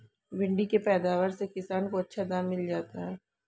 भिण्डी के पैदावार से किसान को अच्छा दाम मिल जाता है